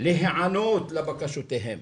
להיענות לבקשותיהן.